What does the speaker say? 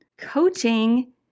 Coaching